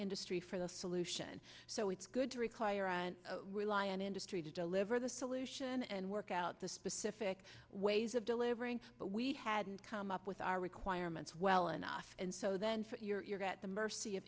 industry for the solution so it's good to require and rely on industry to deliver the solution and work out the specific ways of delivering but we hadn't come up with our requirements well enough and so then you're get the mercy of